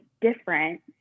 different